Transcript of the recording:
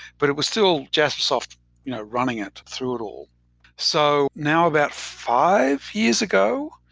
but it was still jaspersoft running it through it all so now about five years ago,